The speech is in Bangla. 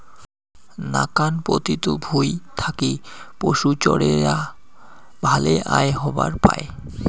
নাকান পতিত ভুঁই থাকি পশুচরেয়া ভালে আয় হবার পায়